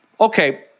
okay